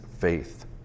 faith